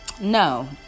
No